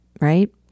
Right